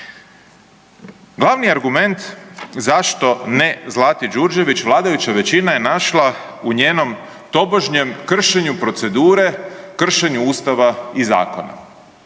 Glavni argument zašto ne Zlati Đurđević vladajuća većina je našla u njenom tobožnjem kršenju procedure, kršenju Ustava i zakona